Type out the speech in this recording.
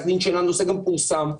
הנושא גם פורסם.